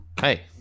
Hey